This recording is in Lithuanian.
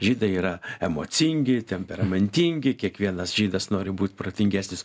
žydai yra emocingi temperamentingi kiekvienas žydas nori būt protingesnis